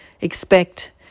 expect